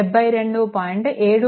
v2 72